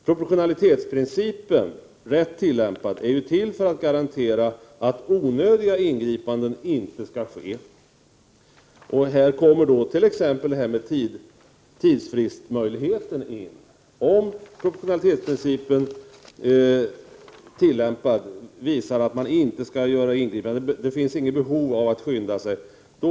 Proportionalitetsprincipen skall, rätt tillämpad, garantera att onödiga ingripanden inte skall ske. I det här sammanhanget kommer t.ex. möjligheten till tidsfrist in. Med de regler som följer av den nya proportionalitetsprincipen blir det möjligt att vid en tillämpning inte göra något ingripande om man ser att det inte finns något behov av att agera snabbt.